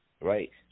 right